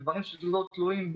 כמה חולי קורונה יש אצלכם היום?